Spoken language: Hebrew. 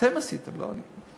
שאתם עשיתם, לא אני.